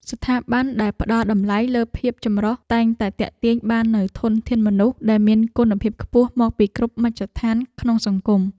ស្ថាប័នដែលផ្តល់តម្លៃលើភាពចម្រុះតែងតែទាក់ទាញបាននូវធនធានមនុស្សដែលមានគុណភាពខ្ពស់មកពីគ្រប់មជ្ឈដ្ឋានក្នុងសង្គម។